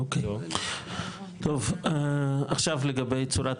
אוקי, טוב, עכשיו לגבי צורת